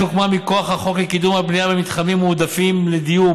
שהוקמה מכוח חוק לקידום הבנייה במתחמים מועדפים לדיור,